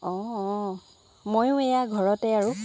অঁ অঁ ময়ো এইয়া ঘৰতে আৰু